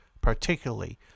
particularly